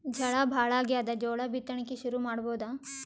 ಝಳಾ ಭಾಳಾಗ್ಯಾದ, ಜೋಳ ಬಿತ್ತಣಿಕಿ ಶುರು ಮಾಡಬೋದ?